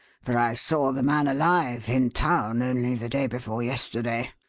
for i saw the man alive in town only the day before yesterday.